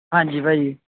ਹਾਂਜੀ ਭਾਅ ਜੀ